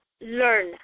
learn